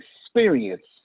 experience